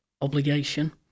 obligation